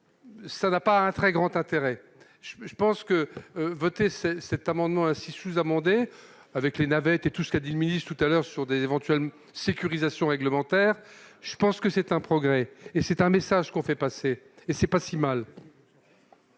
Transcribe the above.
ça ne va pas un très grand intérêt, je pense que voter cet amendement ainsi sous-amendé, avec les navettes et tout ce qu'a dit le ministe tout à l'heure sur des éventuels sécurisation réglementaire, je pense que c'est un progrès et c'est un message qu'on fait passer et c'est pas si mal.